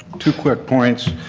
two quick points.